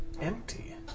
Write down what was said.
empty